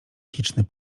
chiczny